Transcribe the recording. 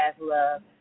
love